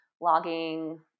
logging